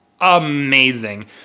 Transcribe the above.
amazing